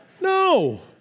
No